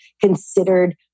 considered